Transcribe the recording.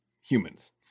humans